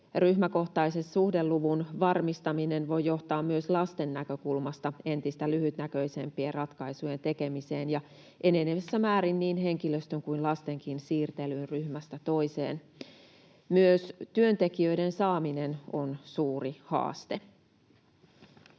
Ryhmäkohtaisen suhdeluvun varmistaminen voi johtaa myös lasten näkökulmasta entistä lyhytnäköisempien ratkaisujen tekemiseen ja enenevässä määrin niin henkilöstön kuin lastenkin siirtelyyn ryhmästä toiseen. Myös työntekijöiden saaminen on suuri haaste.